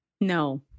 No